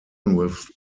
towers